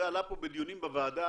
זה עלה פה בדיונים בוועדה,